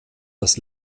das